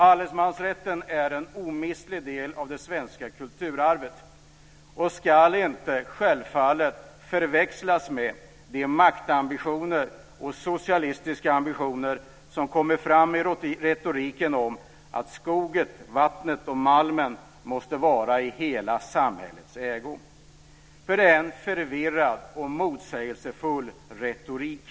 Allemansrätten är en omistlig del av det svenska kulturarvet och ska självfallet inte förväxlas med de maktambitioner och socialistiska ambitioner som kommer fram i retoriken om att skogen, vattnet om malmen måste vara i hela samhällets ägo. Det är en förvirrad och motsägelsefull retorik.